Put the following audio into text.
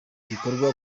gikorwa